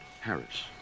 Harris